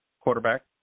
quarterback